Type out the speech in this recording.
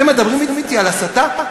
אתם מדברים אתי על הסתה?